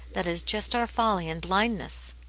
that is just our folly and blindness.